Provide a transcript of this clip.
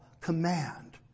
command